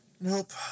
Nope